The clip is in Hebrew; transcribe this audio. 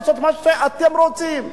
לעשות מה שאתם רוצים.